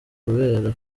kubera